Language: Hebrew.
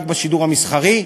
רק בשידור המסחרי.